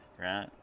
right